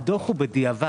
הדוח הוא בדיעבד.